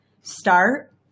Start